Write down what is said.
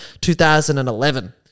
2011